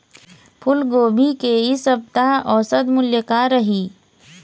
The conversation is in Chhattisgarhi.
फूलगोभी के इ सप्ता औसत मूल्य का रही?